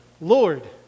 Lord